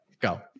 Go